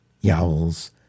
yowls